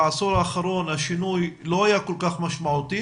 בעשור האחרון השינוי לא היה כל כך משמעותי